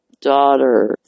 daughter